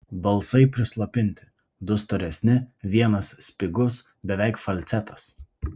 balsai prislopinti du storesni vienas spigus beveik falcetas